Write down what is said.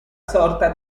sorta